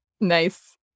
Nice